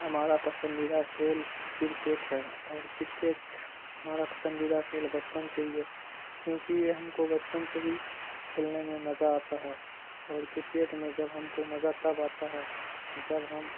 ہمارا پسندیدہ کھیل کرکٹ ہے اور کرکٹ ہمارا پسندیدہ کھیل بچپن سے ہی ہے کیونکہ یہ ہم کو بچپن سے ہی کھیلنے میں مزہ آتا ہے اور کرکٹ میں جب ہم کو مزہ تب آتا ہے جب ہم